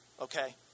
Okay